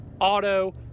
auto